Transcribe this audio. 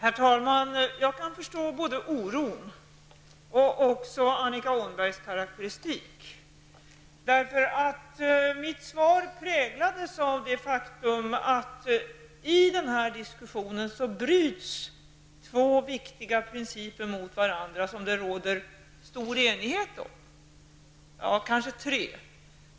Fru talman! Jag kan förstå både oron och Annika Åhnbergs karakteristik. Mitt svar präglades av det faktum att i den här diskussionen bryts mot varandra tre viktiga principer som det råder stor enighet om.